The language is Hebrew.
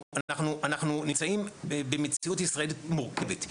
אנחנו נמצאים במציאות ישראלית מורכבת,